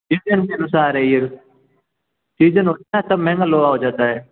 season के अनुसार है यह सीजन होता है तब महंगा लोहा हो जाता है